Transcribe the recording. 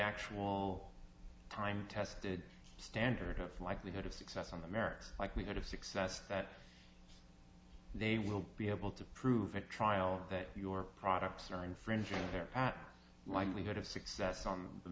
actual time tested standard of likelihood of success on the merits likelihood of success that they will be able to prove a trial that your products are infringing their patent likelihood of success on the